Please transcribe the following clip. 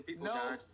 No